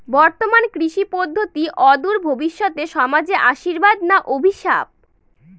বর্তমান কৃষি পদ্ধতি অদূর ভবিষ্যতে সমাজে আশীর্বাদ না অভিশাপ?